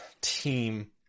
team